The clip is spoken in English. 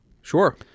Sure